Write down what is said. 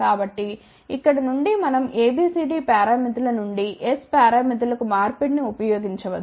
కాబట్టి ఇక్కడ నుండి మనం ABCD పారామితుల నుండి S పారామితులకు మార్పిడి ని ఉపయోగించవచ్చు